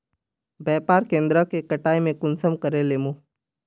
व्यापार केन्द्र के कटाई में कुंसम करे लेमु?